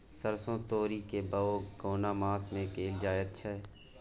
सरसो, तोरी के बौग केना मास में कैल जायत छै?